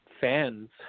fans